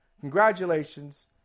Congratulations